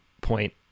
point